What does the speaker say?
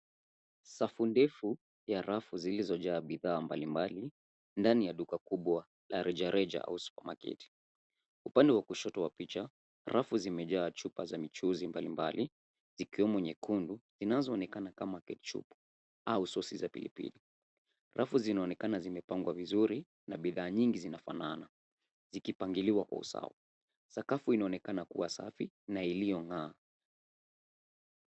Safu ndefu ya rafu zilizojaa bidhaa mbalimbali ndani ya duka kubwa la rejareja au supermarket . Upande wa kushoto wa picha rafu zimejaa chupa za michuuzi mbalimbali zikiwemo nyekundu zinazoonekana kama kechupu au sosi za pilipili. Rafu zinaonekana zimepangwa vizuri na bidhaa nyingi zinafanana zikipangiliwa kwa usawa. Sakafu inaonekana kuwa safi na iliyong'aa.